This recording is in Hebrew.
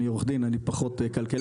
אני עורך דין אני פחות כלכלן,